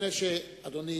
לפני שאדוני